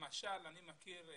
למשל אני מכיר,